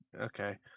okay